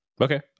okay